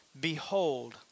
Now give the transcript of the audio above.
Behold